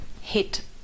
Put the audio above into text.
hit